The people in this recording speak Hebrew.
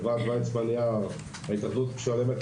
ההתאחדות משלמת